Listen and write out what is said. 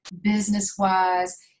business-wise